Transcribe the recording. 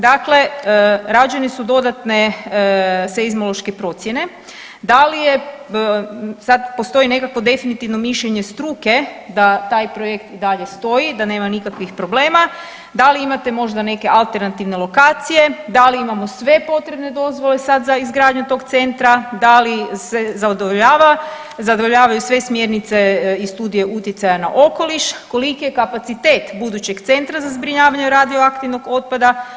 Dakle, rađeni su dodatne seizmološke procjene, da li je sad postoji neko definitivno mišljenje struke da taj projekt i dalje stoji, da nema nikakvih problema, da li imate možda neke alternativne lokacije, da li imamo sve potrebne dozvole sad za izgradnju tog centra, da li se zadovoljava, zadovoljavaju sve smjernice i studije utjecaja na okoliš, koliki je kapacitet budućeg centra za zbrinjavanje radioaktivnog otpada?